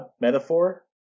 metaphor